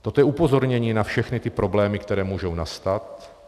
Toto je upozornění na všechny problémy, které můžou nastat.